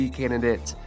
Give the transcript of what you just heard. candidate